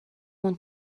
want